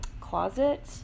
closet